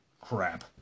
crap